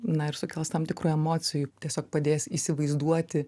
na ir sukels tam tikrų emocijų tiesiog padės įsivaizduoti